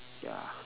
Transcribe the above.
ya